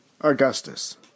Augustus